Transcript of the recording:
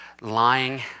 Lying